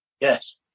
Yes